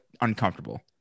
uncomfortable